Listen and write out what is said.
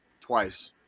twice